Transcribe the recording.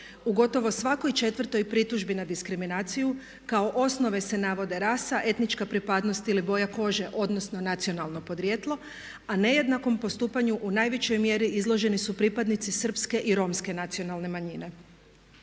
U gotovo svakoj četvrtoj pritužbi na diskriminaciju kao osnove se navode rasa, etnička pripadnost ili boja koža odnosno nacionalno podrijetlo a nejednakom postupanju u najvećoj mjeri izloženi su pripadnici Srpske i Romske nacionalne manjine.